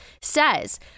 says